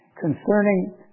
Concerning